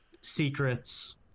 secrets